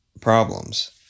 problems